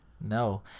no